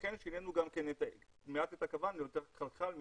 לכן שינינו גם מעט את הגוון ליותר כחלחל מירקרק,